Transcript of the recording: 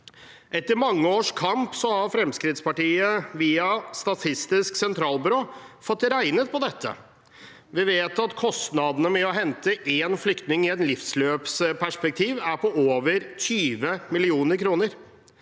Etter mange års kamp har Fremskrittspartiet via Statistisk sentralbyrå fått regnet på dette. Vi vet at kostnadene med å hente én flyktning i et livsløpsperspektiv er på over 20 mill. kr.